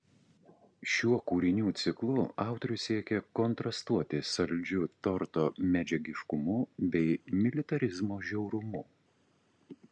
šiuo kūrinių ciklu autorius siekė kontrastuoti saldžiu torto medžiagiškumu bei militarizmo žiaurumu